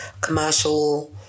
commercial